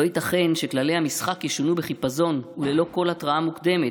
לא ייתכן שכללי המשחק ישונו בחיפזון וללא כל התראה מוקדמת,